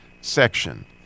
section